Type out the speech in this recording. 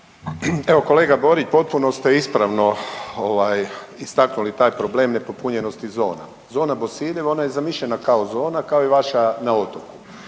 Evo, kolega Borić potpuno ste ispravno istaknuli taj problem nepopunjenosti zona. Zona Bosiljevo, ona je zamišljena kao zona, kao i vaša na otoku.